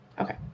Okay